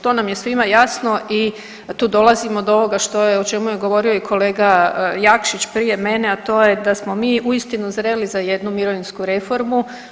To nam je svima jasno i tu dolazimo do ovoga o čemu je govorio i kolega Jakšić prije mene, a to je da smo mi uistinu zreli za jednu mirovinsku reformu.